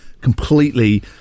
completely